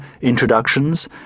introductions